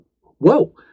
whoa